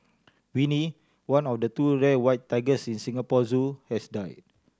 Winnie one of two rare white tigers in Singapore Zoo has died